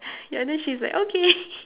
ya then she's like okay